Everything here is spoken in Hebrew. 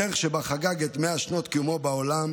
הדרך שבה חגג את 100 שנות קיומו בעולם